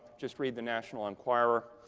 just read the national enquirer